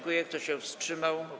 Kto się wstrzymał?